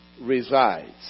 resides